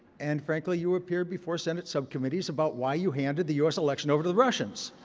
and frankly, you appeared before senate subcommittees about why you handed the us election over to the russians.